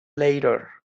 later